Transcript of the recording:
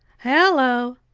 hello!